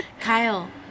Kyle